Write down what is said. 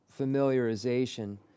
familiarization